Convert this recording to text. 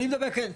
אני מדבר, כן,